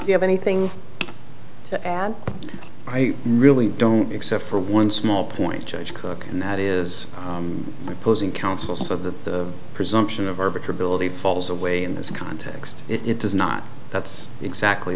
you have anything to and i really don't except for one small point judge cooke and that is opposing counsel so the presumption of arbiter ability falls away in this context it does not that's exactly